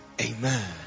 Amen